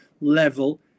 level